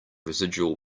residual